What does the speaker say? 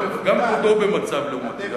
גם כבודו במצב לעומתי.